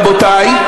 רבותי,